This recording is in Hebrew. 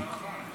אני רוצה